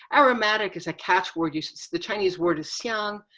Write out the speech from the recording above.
aromatic is ah catch word use. the chinese word is xiang,